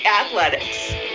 Athletics